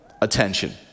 attention